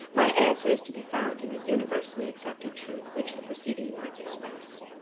my answer is to be found in the universally-accepted truth which the preceding words express.